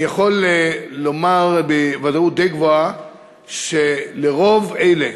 אני יכול לומר בוודאות די גבוהה שלרוב אלה